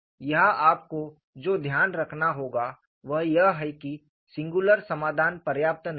यहां आपको जो ध्यान रखना होगा वह यह है कि सिंगुलर समाधान पर्याप्त नहीं है